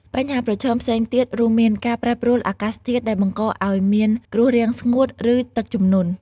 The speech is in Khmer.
បញ្ហាប្រឈមផ្សេងទៀតរួមមានការប្រែប្រួលអាកាសធាតុដែលបង្កឱ្យមានគ្រោះរាំងស្ងួត ឬទឹកជំនន់។